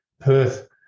Perth